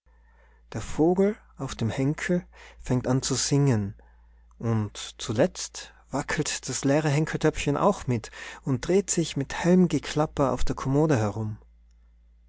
der vogel auf dem henkel fängt an zu singen und zuletzt wackelt das leere henkeltöpfchen auch mit und dreht sich mit hellem geklapper auf der kommode herum